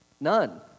None